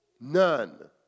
None